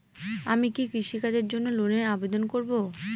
আমি কি কৃষিকাজের জন্য লোনের আবেদন করব?